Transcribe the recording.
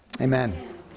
Amen